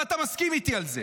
ואתה מסכים איתי על זה.